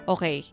Okay